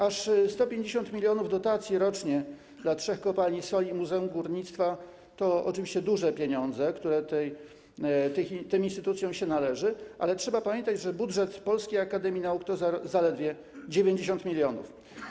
Aż 150 mln dotacji rocznie dla trzech kopalni soli i muzeum górnictwa to oczywiście duże pieniądze, które tym instytucjom się należą, ale trzeba pamiętać, że budżet Polskiej Akademii Nauk to zaledwie 90 mln.